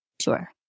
Sure